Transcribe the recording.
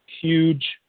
huge